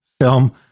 film